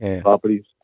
properties